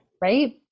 right